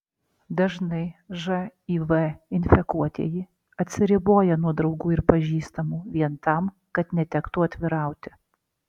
dažnai živ infekuotieji atsiriboja nuo draugų ir pažįstamų vien tam kad netektų atvirauti